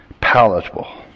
palatable